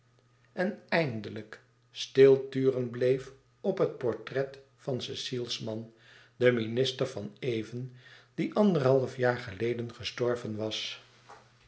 en eindelijk stil turen bleef op het portret van cecile's man den minister van even die anderhalf jaar geleden gestorven was